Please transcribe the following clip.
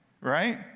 Right